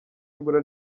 ibura